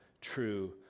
true